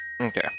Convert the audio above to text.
Okay